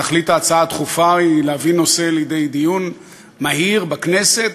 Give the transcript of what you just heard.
ותכלית ההצעה הדחופה היא להביא נושא לידי דיון מהיר בכנסת,